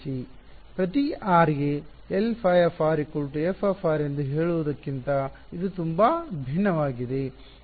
ಪ್ರತಿ r ಗೆ Lϕf ಎಂದು ಹೇಳುವದಕ್ಕಿಂತ ಇದು ತುಂಬಾ ಭಿನ್ನವಾಗಿದೆ